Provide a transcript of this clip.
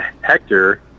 Hector